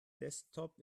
desktop